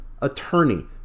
attorney